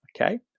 okay